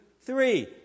three